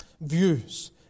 views